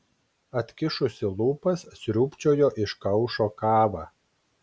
atkišusi lūpas sriūbčiojo iš kaušo kavą